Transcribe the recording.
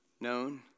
known